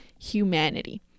humanity